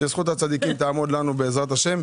שזכות הצדיקים תעמוד לנו בעזרת השם.